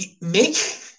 make